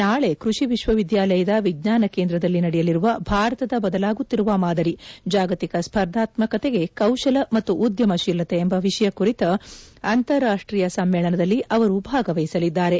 ನಾಳಿ ಕೃಷಿ ವಿಶ್ವವಿದ್ಯಾಲಯದ ವಿಜ್ಞಾನ ಕೇಂದ್ರದಲ್ಲಿ ನಡೆಯಲಿರುವ ಭಾರತದ ಬದಲಾಗುತ್ತಿರುವ ಮಾದರಿ ಜಾಗತಿಕ ಸ್ವರ್ಧಾತ್ಮಕತೆಗೆ ಕೌಶಲ ಮತ್ತು ಉದ್ಯಮ ಶೀಲತೆ ವಿಷಯ ಕುರಿತ ಅಂತಾರಾಷ್ಟೀಯ ಸಮ್ಮೇಳನದಲ್ಲಿ ಅವರು ಭಾಗವಹಿಸಲಿದ್ದಾರೆ